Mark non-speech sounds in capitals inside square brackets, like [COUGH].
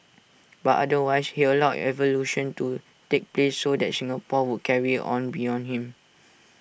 but otherwise he allowed evolution to take place so that Singapore would carry on beyond him [NOISE]